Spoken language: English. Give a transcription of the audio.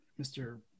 mr